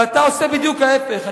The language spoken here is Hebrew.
ואתה עושה בדיוק להיפך.